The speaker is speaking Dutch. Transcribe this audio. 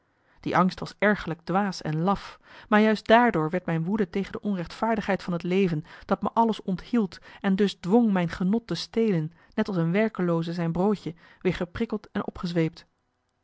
die angst was ergerlijk dwaas en laf maar juist daardoor werd mijn woede tegen de onrechtvaardigheid van het leven dat me alles onthield en dus dwong mijn genot te stelen net als een werkelooze zijn broodje weer geprikkeld en opgezweept